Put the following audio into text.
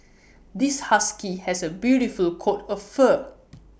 this husky has A beautiful coat of fur